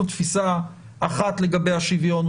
תפיסה אחת לגבי השוויון,